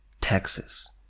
Texas